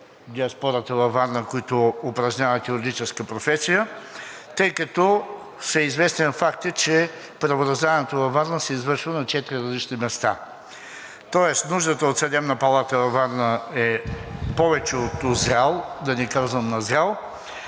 диаспората във Варна, които упражняват юридическа професия. Тъй като всеизвестен факт е, че правораздаването във Варна се извършва на четири различни места, тоест нуждата от Съдебна палата във Варна е повече от узрял, да не казвам назрял,